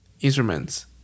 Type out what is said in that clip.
instruments